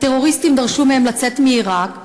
הטרוריסטים דרשו מהם לצאת מעיראק,